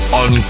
on